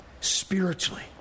spiritually